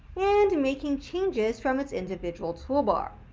and making changes from its individual toolbar.